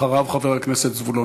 אחריו, חבר הכנסת זבולון